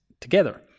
together